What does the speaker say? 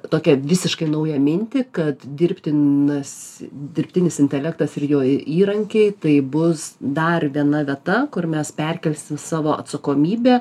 tokią visiškai naują mintį kad dirbtinas dirbtinis intelektas ir jo įrankiai tai bus dar viena vieta kur mes perkelsim savo atsakomybę